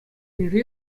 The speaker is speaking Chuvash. енре